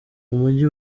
umugi